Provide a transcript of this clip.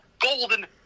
Golden